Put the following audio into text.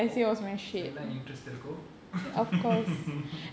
oh essay lah interest இருக்கோ:irukko